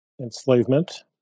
enslavement